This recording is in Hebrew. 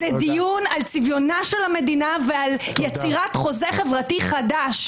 זה דיון על צביונה של המדינה ועל יצירת חוזה חברתי חדש.